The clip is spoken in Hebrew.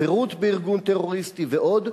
חברות בארגון טרוריסטי ועוד,